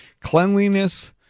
Cleanliness